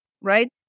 right